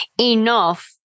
enough